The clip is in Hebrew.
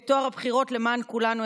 את טוהר הבחירות למען כולנו,